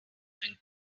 and